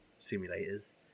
simulators